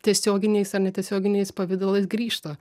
tiesioginiais ar netiesioginiais pavidalais grįžta